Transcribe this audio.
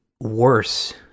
worse